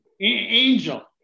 Angel